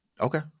okay